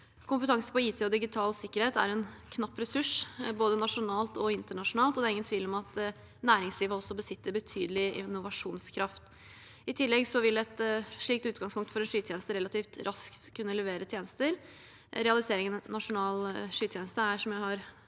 Kompetanse på IT og digital sikkerhet er en knapp ressurs både nasjonalt og internasjonalt. Det er ingen tvil om at næringslivet også besitter betydelig innovasjonskraft. I tillegg vil et slikt utgangspunkt for en skytjeneste relativt raskt kunne levere tjenester. Realiseringen av en nasjonal skytjeneste er, som jeg har gitt